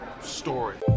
story